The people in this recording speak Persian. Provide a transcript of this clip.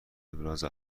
ابراز